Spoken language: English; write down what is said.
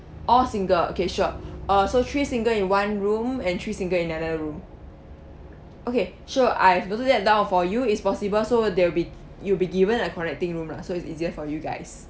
all single okay sure uh so three single in one room and three single in another room okay sure I've noted that down for you is possible so there'll be you'll be given a connecting room lah so it's easier for you guys